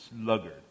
Sluggard